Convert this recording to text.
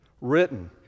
written